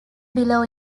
below